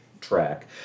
track